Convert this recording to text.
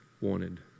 wanted